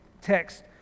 text